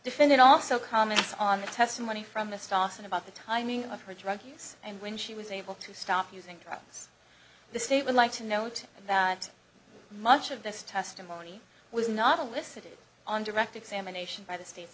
defendant also comments on the testimony from the start and about the timing of her drug use and when she was able to stop using drugs the state would like to note that much of this testimony was not a list sitting on direct examination by the state